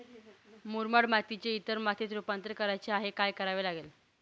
मुरमाड मातीचे इतर मातीत रुपांतर करायचे आहे, काय करावे लागेल?